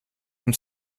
dem